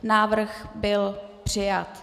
Návrh byl přijat.